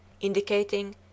indicating